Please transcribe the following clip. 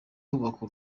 kubakwa